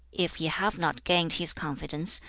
if he have not gained his confidence,